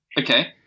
Okay